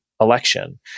election